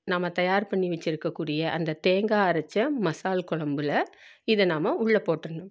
நம்ம தயார் பண்ணி வச்சுருக்க கூடிய அந்த தேங்காய் அரைத்த மசால் கொழம்புல இதை நாம் உள்ள போட்றணும்